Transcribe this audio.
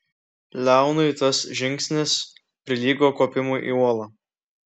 leonui tas žingsnis prilygo kopimui į uolą